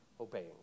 obeying